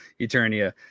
Eternia